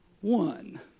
one